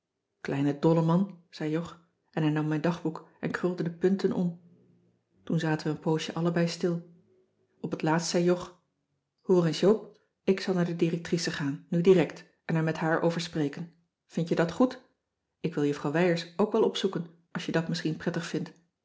dolleman zei jog en hij nam mijn dagboek en krulde de punten om toen zaten we een poosje allebei stil op t laatst zei jog hoor eens joop ik zal naar de directrice gaan nu direct en er met haar over spreken vind je dat goed ik wil juffrouw wijers ook wel opzoeken als je dat misschien prettig vindt